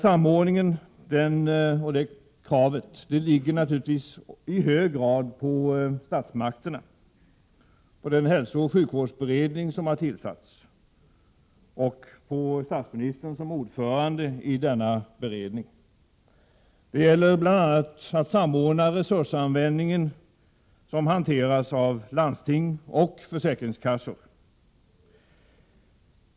Samordningskravet ligger naturligtvis i hög grad på statsmakterna och den hälsooch sjukvårdsberedning som har tillsatts med statsministern som ordförande. Det gäller bl.a. att samordna användningen av de resurser som hanteras av landsting och försäkringskassor.